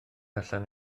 allan